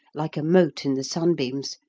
like a mote in the sunbeams.